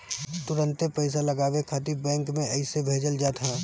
तुरंते पईसा लगावे खातिर बैंक में अइसे भेजल जात ह